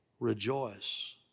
Rejoice